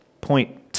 point